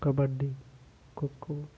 kabaddi kho kho